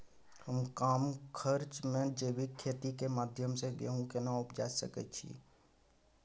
हम कम खर्च में जैविक खेती के माध्यम से गेहूं केना उपजा सकेत छी?